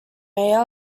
mayor